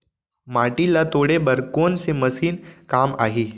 माटी ल तोड़े बर कोन से मशीन काम आही?